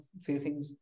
facing